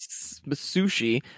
sushi